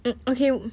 mm okay